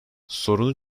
sorunu